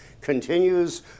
continues